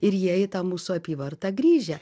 ir jie į tą mūsų apyvartą grįžę